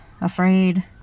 Afraid